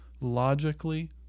logically